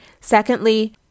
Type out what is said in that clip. Secondly